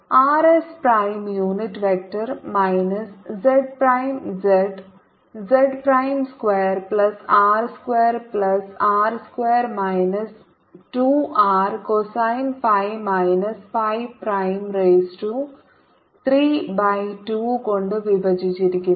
R s prime unit vector minus z prime z z prime square plus R square plus r square minus 2 R cosine phi minus phi prime raise to 3 by 2 കൊണ്ട് വിഭജിച്ചിരിക്കുന്നു